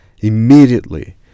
immediately